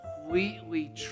completely